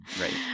Right